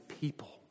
people